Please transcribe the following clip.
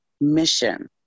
mission